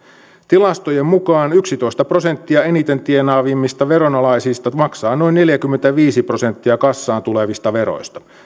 tilastojen mukana yksitoista prosenttia eniten tienaavista veronalaisista maksaa noin neljäkymmentäviisi prosenttia kassaan tulevista veroista